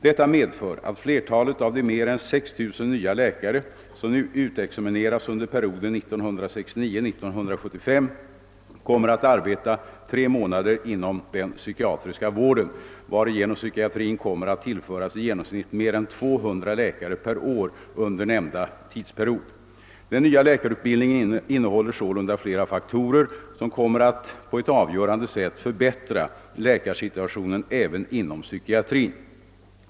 Detta medför att flertalet av de mer än 6 000 nya läkare, som utexamineras under perioden 1969—1975, kommer att arbeta tre månader inom den psykiatriska vården, varigenom psykiatrin kommer att tillföras i genomsnitt mer än 200 läkare per år under nämnda tidsperiod. Den nya läkarutbildningen innehåller sålunda flera faktorer som kommer att på ett avgörande sätt förbättra läkarsituationen även inom psykiatrin.